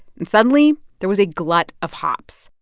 and suddenly, there was a glut of hops.